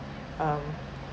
um